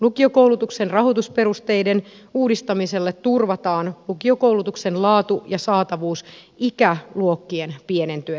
lukiokoulutuksen rahoitusperusteiden uudistamisella turvataan lukiokoulutuksen laatu ja saatavuus ikäluokkien pienentyessä